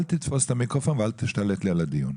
תתפוס את המיקרופון ואל תשתלט לי על הדיון.